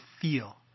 feel